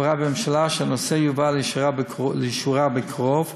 שהנושא יובא לאישורה בקרוב,